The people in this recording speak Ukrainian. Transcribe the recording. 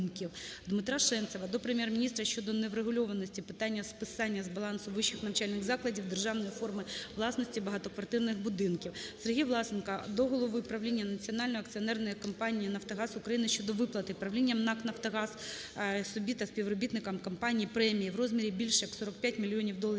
ДмитраШенцева до Прем'єр-міністра щодо неврегульованості питання списання з балансу вищих навчальних закладів державної форми власності багатоквартирних будинків. СергіяВласенка до голови правління Національної акціонерної компанії "Нафтогаз України" щодо виплати правлінням НАК "Нафтогаз" собі та співробітникам компанії премії в розмірі більш як 45 мільйонів доларів